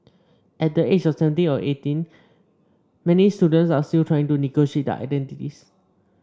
at the age of seventeen or eighteen many students are still trying to negotiate their identities